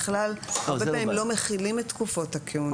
בכלל הרבה פעמים לא מחילים את תקופות הכהונה.